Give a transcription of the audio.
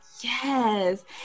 Yes